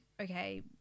okay